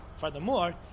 Furthermore